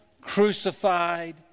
crucified